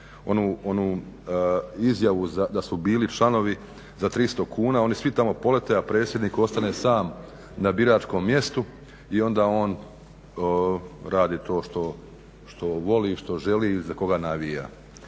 onu izjavu da su bili članovi za 300 kuna, oni svi tamo polete, a predsjednik ostane sam na biračkom mjestu i onda on radi to što voli, što želi i za koga navija.